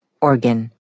Organ